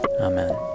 Amen